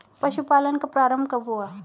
पशुपालन का प्रारंभ कब हुआ?